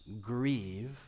grieve